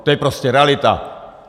To je prostě realita.